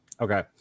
Okay